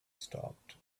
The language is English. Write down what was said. stopped